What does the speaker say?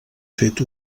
fet